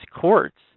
courts